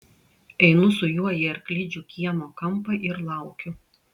einu su juo į arklidžių kiemo kampą ir laukiu